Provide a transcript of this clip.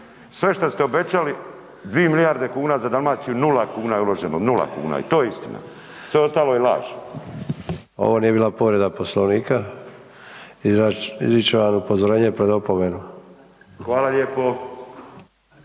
Sve što ste obećali, 2 milijarde kuna za Dalmaciju, nula kuna je uloženo, nula kuna i to je istina, sve ostalo je laž. **Sanader, Ante (HDZ)** Ovo nije bila povreda Poslovnika. Izričem vam upozorenje pred opomenu. **Bulj,